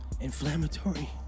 inflammatory